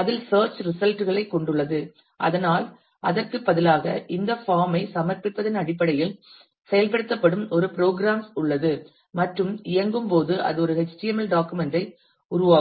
அதில் search result களைக் கொண்டுள்ளது ஆனால் அதற்கு பதிலாக இந்த பார்ம் ஐ சமர்ப்பிப்பதன் அடிப்படையில் செயல்படுத்தப்படும் ஒரு ப்ரோக்ராம் உள்ளது மற்றும் இயங்கும் போது அது ஒரு HTML டாக்குமெண்ட் ஐ உருவாக்கும்